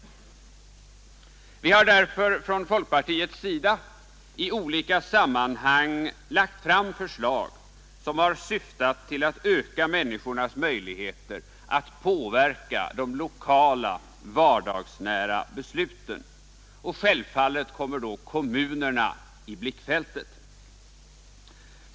Vi har därför från folkpartiets sida i olika sammanhang lagt fram förslag som har syftat till att öka människornas möjligheter att påverka de lokala, vardagsnära besluten, och självfallet kommer då kommunerna i blickfältet.